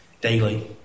daily